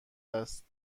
است